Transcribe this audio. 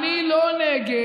אני לא נגד.